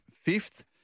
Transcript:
fifth